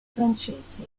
francesi